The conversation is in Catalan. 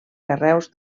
carreus